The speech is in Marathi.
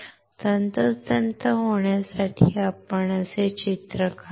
तंतोतंत होण्यासाठी आपण असे चित्र काढूया